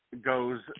goes